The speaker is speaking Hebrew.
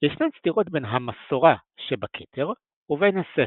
ישנן סתירות בין המסורה שבכתר ובין הספר,